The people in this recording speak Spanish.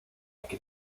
like